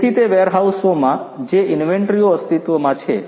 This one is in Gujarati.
તેથી તે વેરહાઉસોમાં જે ઇન્વેન્ટરીઓ અસ્તિત્વમાં છે